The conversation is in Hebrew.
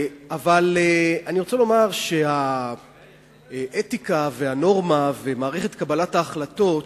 אבל אני רוצה לומר שהאתיקה והנורמה ומערכת קבלת ההחלטות